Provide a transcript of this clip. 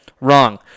Wrong